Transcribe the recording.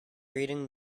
reading